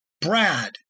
Brad